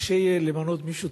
קשה יהיה למנות מישהו,